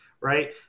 Right